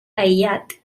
aïllat